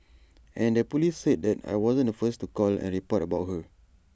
and the Police said that I wasn't the first to call and report about her